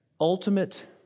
ultimate